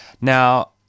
Now